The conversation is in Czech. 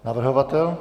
Navrhovatel?